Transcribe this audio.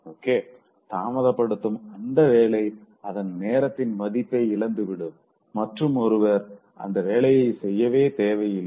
okay தாமதப்படுத்தபடும் அந்த வேலை அதன் நேரத்தின் மதிப்பை இழந்து விடும் மற்றும் ஒருவர் அந்த வேளைய செய்யவே தேவை இல்ல